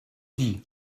dit